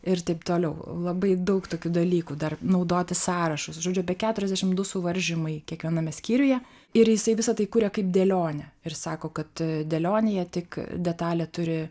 ir taip toliau labai daug tokių dalykų dar naudoti sąrašus žodžiu apie keturiasdešim du suvaržymai kiekviename skyriuje ir jisai visa tai kuria kaip dėlionę ir sako kad dėlionėje tik detalė turi